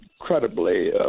incredibly